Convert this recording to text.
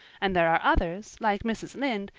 and there are others, like mrs. lynde,